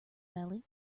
belly